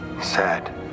Sad